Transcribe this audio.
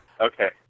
Okay